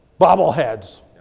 bobbleheads